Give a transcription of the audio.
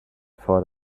thought